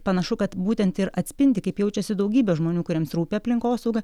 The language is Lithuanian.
panašu kad būtent ir atspindi kaip jaučiasi daugybė žmonių kuriems rūpi aplinkosauga